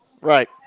Right